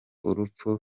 urupfu